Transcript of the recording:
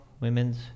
women's